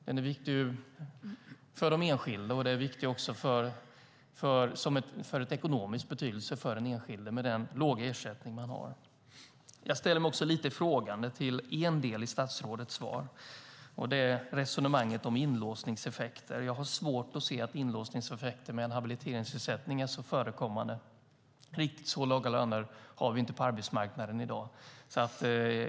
Den är viktig för den enskilde, och den har ekonomisk betydelse för den enskilde med den låga ersättning man har. Jag ställer mig också lite frågande till en del i statsrådets svar, och det är resonemanget om inlåsningseffekter. Jag har svårt att se att inlåsningseffekter av en habiliteringsersättning är så förekommande. Riktigt så låga löner har vi inte på arbetsmarknaden i dag.